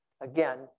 again